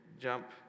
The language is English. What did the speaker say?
jump